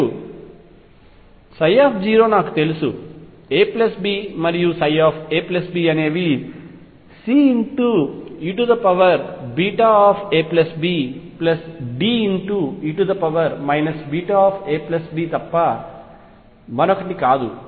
మరియు ψ AB మరియుψab అనేవి CeβabDe βab తప్ప మరొకటి కాదు